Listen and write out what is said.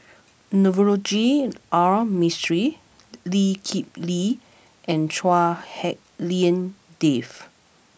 Navroji R Mistri Lee Kip Lee and Chua Hak Lien Dave